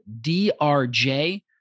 DRJ